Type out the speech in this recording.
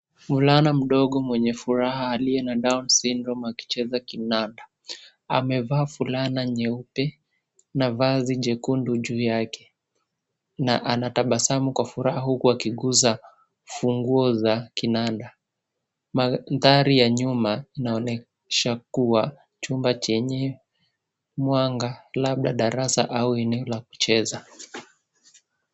Mvulana mdogo mwenye furaha aliye na down syndrome akicheza kinanda. Amevaa fulana nyeupe na vazi jekundu juu yake na anatabasamu kwa furaha huku akigusa funguo za kinanda. Mandhari ya nyuma inaonyesha kuwa chumba chenye mwanga labda darasa au eneo la kucheza.